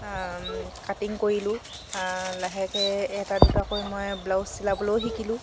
cutting কৰিলোঁ লাহেকে এটা দুটাকৈ মই ব্লাউজ চিলাবলৈও শিকিলোঁ